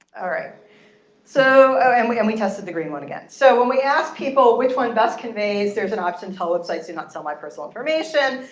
all right. so and we and we tested the green one again. so when we asked people which one best conveys there's an option telling websites, do not sell my personal information,